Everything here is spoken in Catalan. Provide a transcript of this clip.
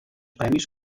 premis